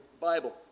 Bible